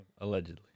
Allegedly